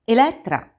Elettra